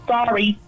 Sorry